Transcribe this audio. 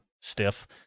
stiff